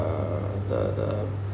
uh the the